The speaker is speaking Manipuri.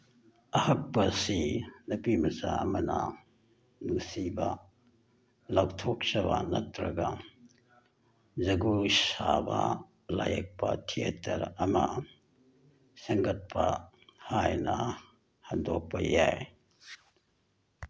ꯑꯍꯛꯄ ꯑꯁꯤ ꯅꯨꯄꯤꯃꯆꯥ ꯑꯃꯅ ꯅꯨꯡꯁꯤꯕ ꯂꯥꯎꯊꯣꯛꯆꯕ ꯅꯠꯇ꯭ꯔꯒ ꯖꯒꯣꯏ ꯁꯥꯕ ꯂꯥꯌꯦꯡꯕ ꯊꯤꯌꯦꯇꯔ ꯑꯃ ꯁꯦꯝꯒꯠꯄ ꯍꯥꯏꯅ ꯍꯟꯗꯣꯛꯄ ꯌꯥꯏ